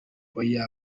oya